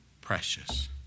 precious